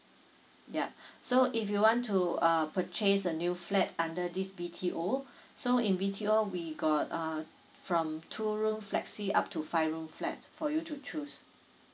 yup so if you want to uh purchase a new flat under this B_T_O so in B_T_O we got uh from two room flexi up to five room flat for you to choose